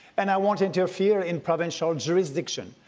and i won't interfere in provincial jurisdiction.